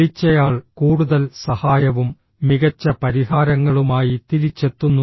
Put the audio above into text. വിളിച്ചയാൾ കൂടുതൽ സഹായവും മികച്ച പരിഹാരങ്ങളുമായി തിരിച്ചെത്തുന്നു